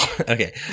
Okay